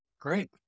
Great